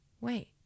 wait